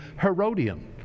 Herodian